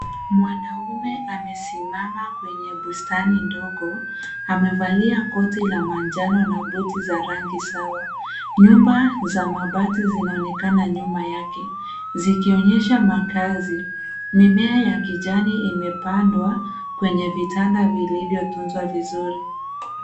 Mwanaume amesimama kwenye bustani ndogo. Amevalia koti la manjano na buti za rangi sawa. Nyumba za mabati zinaonekana nyuma yake zikionyesha makaazi. Mimea ya kijani imepandwa kwenye vitanda vilivyotunzwa vizuri.